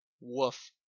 Woof